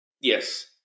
Yes